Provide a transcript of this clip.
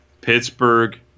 Pittsburgh